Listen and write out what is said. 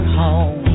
home